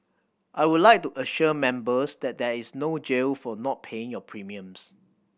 i would like to assure Members that there is no jail for not paying your premiums